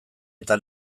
eta